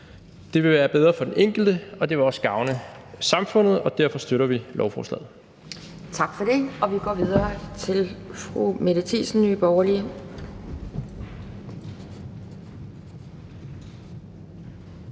Det vil være bedre for den enkelte, og det vil også gavne samfundet, og derfor støtter vi lovforslaget. Kl. 11:54 Anden næstformand (Pia Kjærsgaard): Tak for det. Og vi går videre til fru Mette Thiesen, Nye Borgerlige.